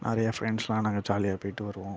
நிறைய ஃப்ரண்ட்ஸ்லான் நாங்கள் ஜாலியாக போயிட்டு வருவோம்